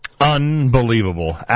unbelievable